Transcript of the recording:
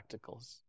practicals